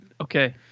okay